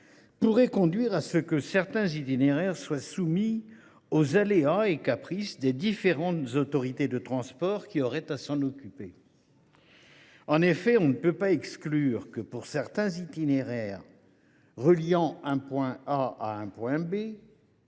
pourrait conduire à soumettre certains itinéraires aux aléas et caprices des différentes autorités de transport qui auraient à s’en occuper. On ne peut exclure que, pour certains itinéraires reliant un point A à un point B,